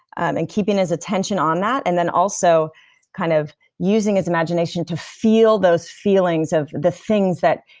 and keeping his attention on that, and then also kind of using his imagination to feel those feelings of the things that